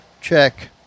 check